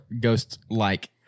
ghost-like